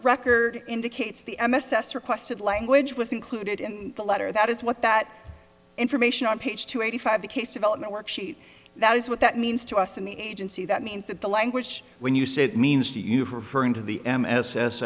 record indicates the m s s requested language was included in the letter that is what that information on page two eighty five the case of element worksheet that is what that means to us in the agency that means that the language when you said means to you for into the m s s